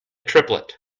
triplet